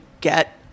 get